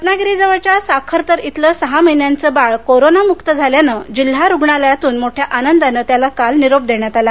रत्नागिरीजवळच्या साखरतर इथलं सहा महिन्यांचं बाळ कोरोनामुक्त झाल्यानं जिल्हा रुग्णालयातून मोठ्या आनंदानं त्याला काल निरोप देण्यात आला